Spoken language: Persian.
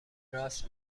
راست